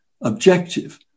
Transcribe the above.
objective